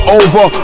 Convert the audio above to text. over